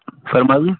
فرمائیے